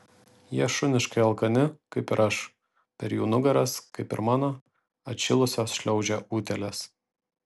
jie šuniškai alkani kaip ir aš per jų nugaras kaip ir mano atšilusios šliaužia utėlės